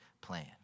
plan